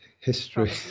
history